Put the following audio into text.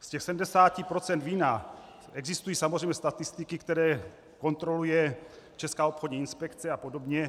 Z těch 70 % vína existují samozřejmě statistiky, které kontroluje Česká obchodní inspekce a podobně.